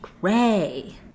Gray